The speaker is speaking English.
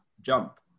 jump